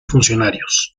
funcionarios